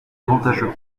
avantageux